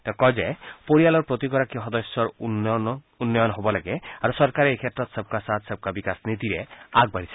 তেওঁ কয় যে পৰিয়ালৰ প্ৰতিগৰাকী সদস্য উন্নয়ন হ'ব লাগে আৰু চৰকাৰে এই ক্ষেত্ৰত সবকা সাথ সবকা বিকাশ নীতিৰে আগবাঢ়িছে